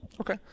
okay